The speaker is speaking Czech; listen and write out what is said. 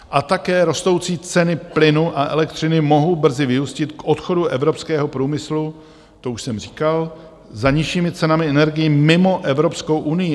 A také rostoucí ceny plynu a elektřiny mohou brzy vyústit k odchodu evropského průmyslu to už jsem říkal za nižšími cenami energií mimo Evropskou unii.